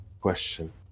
question